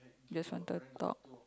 just wanted to talk